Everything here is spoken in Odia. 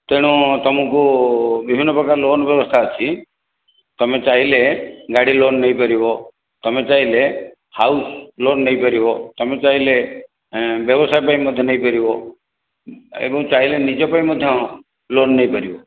ତେଣୁ ତୁମକୁ ବିଭିନ୍ନପ୍ରକାର ଲୋନ୍ ବ୍ୟବସ୍ଥା ଅଛି ତୁମେ ଚାହିଁଲେ ଗାଡି ଲୋନ୍ ନେଇପାରିବ ତୁମେ ଚାହିଁଲେ ହାଉସ୍ ଲୋନ୍ ନେଇପାରିବ ତୁମେ ଚାହିଁଲେ ବ୍ୟବସାୟ ପାଇଁ ମଧ୍ୟ ନେଇପାରିବ ଏବଂ ଚାହିଁଲେ ନିଜ ପାଇଁ ମଧ୍ୟ ଲୋନ୍ ନେଇପାରିବ